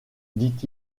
dit